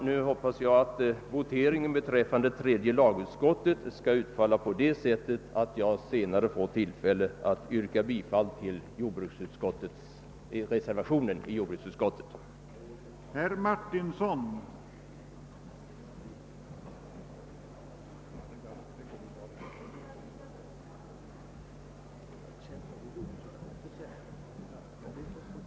Nu hoppas jag att voteringen beträffande reservationen II vid tredje lagutskottets utlåtande nr 37 skall utfalla så att jag senare får tillfälle att yrka bifall till reservationen I vid jordbruksutskottets utlåtande nr 18.